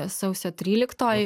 sausio tryliktoji